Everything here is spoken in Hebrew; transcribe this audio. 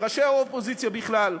ראשי האופוזיציה בכלל,